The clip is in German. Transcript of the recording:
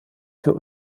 für